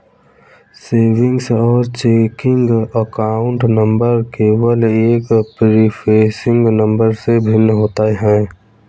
savings और checking account number केवल एक प्रीफेसिंग नंबर से भिन्न होते हैं